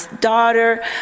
daughter